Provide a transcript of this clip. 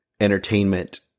entertainment